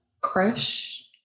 Crush